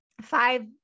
five